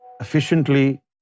efficiently